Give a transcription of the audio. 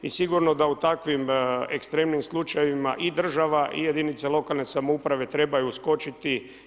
I sigurno da u takvim ekstremnim slučajevima i država i jedinice lokalne samouprave trebaju uskočiti.